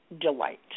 delight